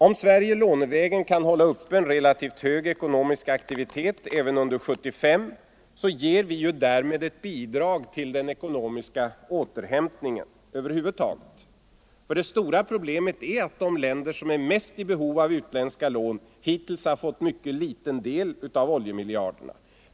Om Sverige lånevägen kan hålla uppe en relativt hög ekonomisk aktivitet även under 1975 ger vi därmed ett bidrag till den ekonomiska återhämtningen över huvud taget. Det stora problemet är att de länder som är mest i behov av utländska lån hittills fått mycket liten del av oljemiljarderna.